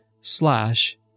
slash